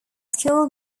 school